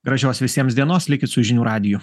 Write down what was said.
gražios visiems dienos likit su žinių radiju